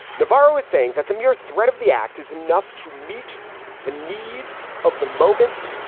navarro is saying that the mere threat of the act is enough to meet the needs of the moment.